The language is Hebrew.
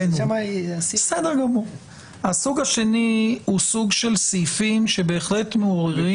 הסוג השני הוא סוג של סעיפים שבהחלט מעוררים -- כלי